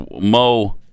Mo